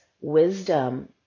wisdom